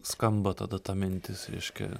skamba tada ta mintis reiškia